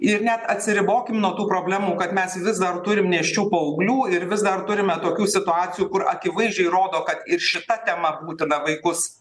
ir net atsiribokim nuo tų problemų kad mes vis dar turim nėščių paauglių ir vis dar turime tokių situacijų kur akivaizdžiai rodo kad ir šita tema būtina vaikus